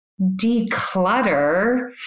declutter